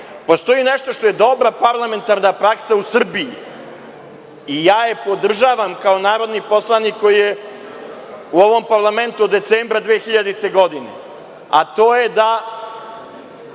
utvrđen. Postoji nešto što je dobra parlamentarna praksa u Srbiji i ja je podržavam kao narodni poslanik koji je u ovom parlamentu od decembra 2000. godine, a to je da